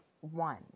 one